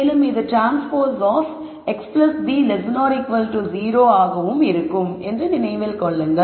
மேலும் இது transpose x b 0 ஆகவும் இருக்கும் என்பதை நினைவில் கொள்ளுங்கள்